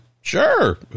sure